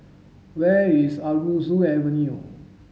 where is Aroozoo Avenue